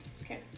Okay